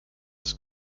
das